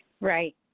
Right